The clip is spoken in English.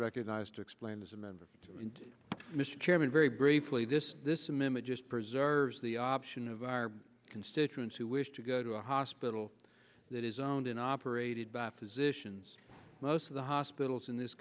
recognized to explain as a member and mr chairman very briefly this this image is preserves the option of our constituents who wish to go to a hospital that is owned and operated by physicians most of the hospitals in this